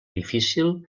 difícil